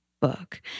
book